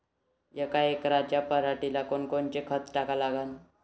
यका एकराच्या पराटीले कोनकोनचं खत टाका लागन?